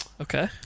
okay